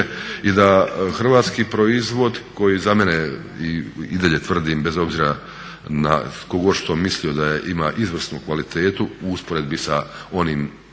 i da hrvatski proizvod koji za mene i dalje tvrdim, bez obzira tko god što mislio da ima izvrsnu kvalitetu, u usporedbi sa onim